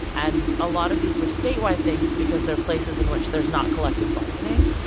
and a lot of these were statewide things because they're places in which there is not collective bargaining.